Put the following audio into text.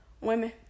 women